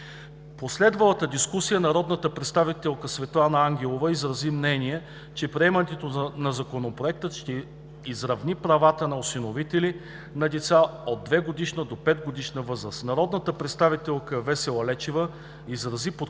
последвалата дискусия народната представителка Светлана Ангелова изрази мнение, че приемането на Законопроекта ще изравни правата на осиновители на деца от 2-годишна до 5-годишна възраст. Народната представителка Весела Лечева изрази подкрепа